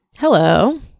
Hello